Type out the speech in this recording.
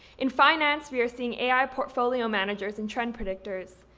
in finance, we are seeing ai portfolio managers and trend predictors.